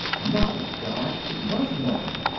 my god, it was martin,